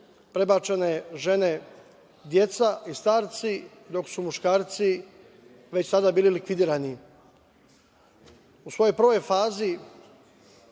prebačene žene, deca i starci, dok su muškarci već tada bili likvidirani.U svojoj prvoj fazi,